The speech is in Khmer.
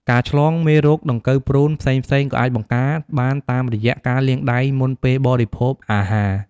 ការឆ្លងមេរោគ ដង្កូវព្រូន ផ្សេងៗ ក៏អាចបង្ការបានតាមរយៈការលាងដៃមុនពេលបរិភោគអាហារ។